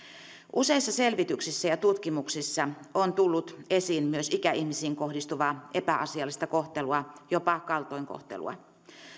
useissa selvityksissä ja tutkimuksissa on tullut esiin myös ikäihmisiin kohdistuvaa epäasiallista kohtelua jopa kaltoinkohtelua